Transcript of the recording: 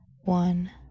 One